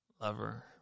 lover